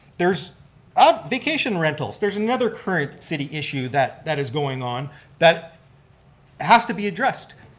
there's um vacation rentals, there's another current city issue that that is going on that has to be addressed.